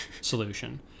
solution